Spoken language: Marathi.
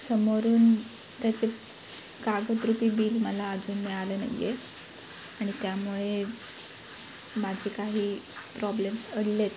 समोरून त्याचे कागदरूपी बिल मला अजून मिळालं नाही आहे आणि त्यामुळे माझे काही प्रॉब्लेम्स अडले आहेत